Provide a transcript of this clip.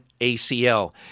acl